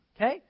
Okay